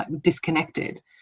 disconnected